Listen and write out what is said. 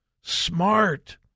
smart